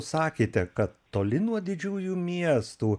sakėte kad toli nuo didžiųjų miestų